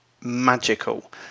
magical